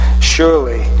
Surely